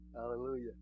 Hallelujah